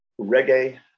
reggae